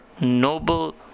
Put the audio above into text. noble